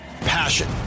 Passion